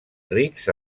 rics